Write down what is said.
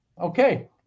Okay